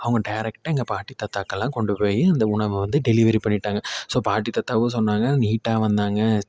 அவங்க டைரெக்ட்டா எங்கள் பாட்டி தாத்தாக்கெல்லாம் கொண்டு போய் அந்த உணவை வந்து டெலிவரி பண்ணிவிட்டாங்க ஸோ பாட்டி தாத்தாவும் சொன்னாங்க நீட்டாக வந்தாங்க